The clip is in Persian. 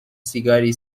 سیگاری